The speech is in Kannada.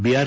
B R